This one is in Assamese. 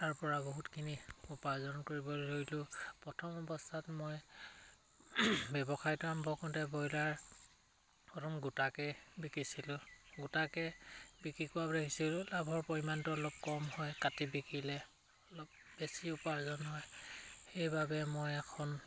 তাৰপৰা বহুতখিনি উপাৰ্জন কৰিবলৈ ধৰিলোঁ প্ৰথম অৱস্থাত মই ব্যৱসায়টো আৰম্ভ কৰোঁতে ব্ৰইলাৰ প্ৰথম গোটাকে বিকিছিলোঁ গোটাকে বিক্ৰী লাভৰ পৰিমাণটো অলপ কম হয় কাটি বিকিলে অলপ বেছি উপাৰ্জন হয় সেইবাবে মই এখন